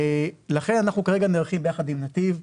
לכן אנחנו כרגע נערכים ביחד עם נתיב.